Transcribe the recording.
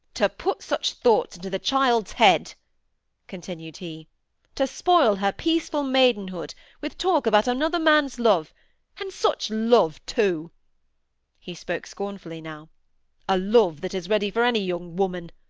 to put such thoughts into the child's head continued he to spoil her peaceful maidenhood with talk about another man's love and such love, too he spoke scornfully now a love that is ready for any young woman.